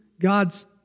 God's